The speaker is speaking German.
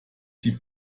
die